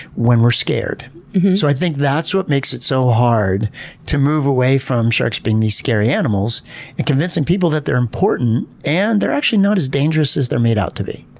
when we're scared. so i think that's what makes it so hard to move away from sharks being these scary animals and convincing people that they're important and they're actually not as dangerous as they're made out to be.